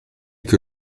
que